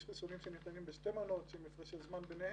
יש חיסונים שניתנים בשתי מנות עם הפרש של זמן ביניהן.